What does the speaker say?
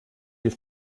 hilf